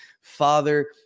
father